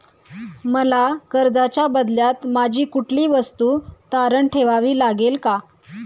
मला कर्जाच्या बदल्यात माझी कुठली वस्तू तारण ठेवावी लागेल का?